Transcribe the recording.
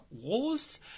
Wars